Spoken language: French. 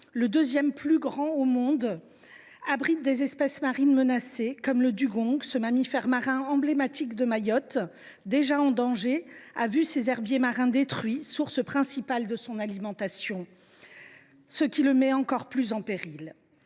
le deuxième plus grand au monde, abrite des espèces marines menacées, comme le dugong, ce mammifère marin emblématique de Mayotte, déjà en danger, qui a vu ses herbiers marins détruits, alors que c’est la source principale de son alimentation ; cela le met encore plus en péril.